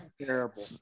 Terrible